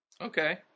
Okay